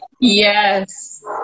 yes